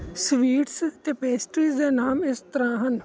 sweets ਅਤੇ pastries ਦੇ ਨਾਮ ਇਸ ਤਰ੍ਹਾਂ ਹਨ